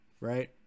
right